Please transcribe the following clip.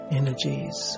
energies